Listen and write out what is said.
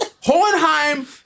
Hohenheim